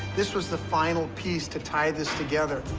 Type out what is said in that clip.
this was the final piece to tie this together.